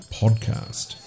podcast